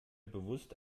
bewusst